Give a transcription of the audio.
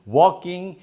walking